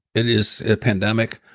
it is at pandemic,